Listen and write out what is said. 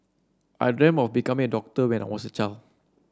I dreamt of becoming a doctor when I was a child